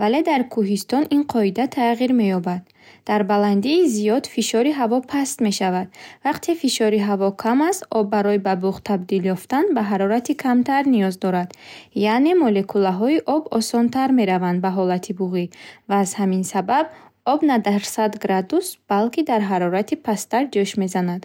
Вале дар куҳистон, ин қоида тағйир меёбад. Дар баландии зиёд, фишори ҳаво паст мешавад. Вақте фишори ҳаво кам аст, об барои ба буғ табдил ёфтан ба ҳарорати камтар ниёз дорад. Яъне, молекулаҳои об осонтар мераванд ба ҳолати буғӣ, ва аз ҳамин сабаб об на дар сад градус, балки дар ҳарорати пасттар ҷӯш мезанад.